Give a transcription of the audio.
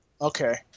Okay